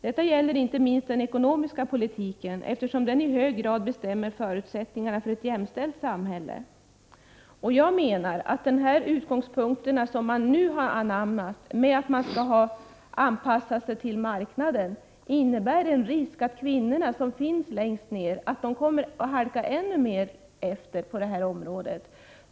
Detta gäller inte minst inom den ekonomiska politiken, eftersom den i hög grad bestämmer förutsättningarna för ett jämställt samhälle.” Jag menar att de utgångspunkter som man nu har anammat, att man skall anpassa sig till marknaden, innebär en risk att kvinnorna, som ju finns längst ner, kommer att halka efter ännu mer på det här området.